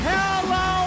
Hello